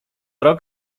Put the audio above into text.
rok